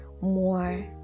more